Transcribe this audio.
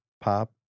pop